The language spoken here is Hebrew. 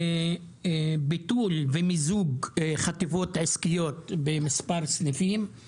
ביטול ומיזוג חטיבות עסקיות במספר סניפים;